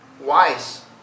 wise